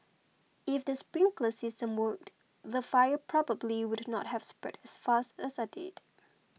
if the sprinkler system worked the fire probably would not have spread as fast as I did